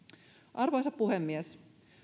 arvoisa puhemies